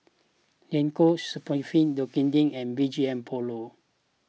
Le Coq Sportif Dequadin and B G M Polo